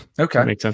Okay